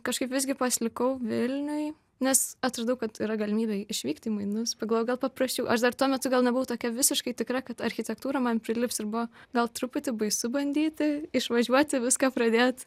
kažkaip visgi pasilikau vilniuj nes atradau kad yra galimybė išvykti į mainus pagalvojau gal paprasčiau aš dar tuo metu gal nebuvau tokia visiškai tikra kad architektūra man prilips ir buvo gal truputį baisu bandyti išvažiuoti viską pradėt